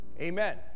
Amen